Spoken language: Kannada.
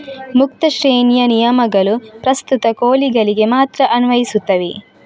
ಮುಕ್ತ ಶ್ರೇಣಿಯ ನಿಯಮಗಳು ಪ್ರಸ್ತುತ ಕೋಳಿಗಳಿಗೆ ಮಾತ್ರ ಅನ್ವಯಿಸುತ್ತವೆ